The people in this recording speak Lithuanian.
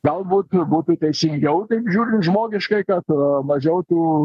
galbūt būtų teisingiau taip žiūrint žmogiškai kad mažiau tų